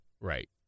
Right